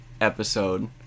episode